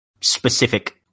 specific